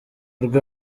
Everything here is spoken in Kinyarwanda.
rwe